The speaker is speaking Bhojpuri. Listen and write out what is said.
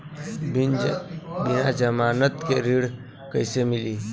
बिना जमानत के ऋण कईसे मिली?